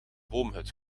boomhut